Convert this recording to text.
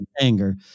anger